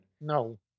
No